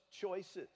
choices